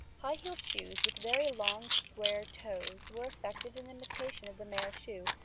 high-heeled shoes with very long square toes were affected in imitation of the male shoe,